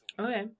Okay